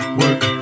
work